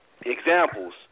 examples